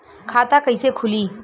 खाता कइसे खुली?